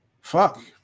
Fuck